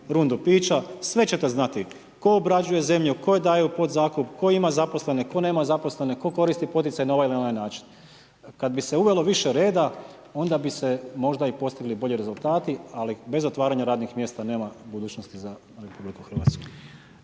rundu pića, sve ćete znati, tko obrađuje zemlju, tko daje u podzakup, tko ima zaposlene, tko nema zaposlene, tko koristi poticaj na ovaj ili onaj način. Kad bi se uvelo više reda, onda bi se možda i postigli bolji rezultati ali bez otvaranja radnih mjesta nema budućnosti za RH.